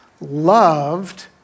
loved